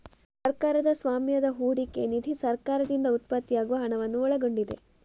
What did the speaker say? ಸರ್ಕಾರದ ಸ್ವಾಮ್ಯದ ಹೂಡಿಕೆ ನಿಧಿ ಸರ್ಕಾರದಿಂದ ಉತ್ಪತ್ತಿಯಾಗುವ ಹಣವನ್ನು ಒಳಗೊಂಡಿದೆ